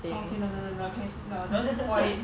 oh okay no no no don't spoil it